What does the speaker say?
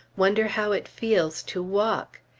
wonder how it feels to walk?